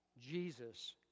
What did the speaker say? Jesus